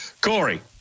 Corey